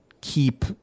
keep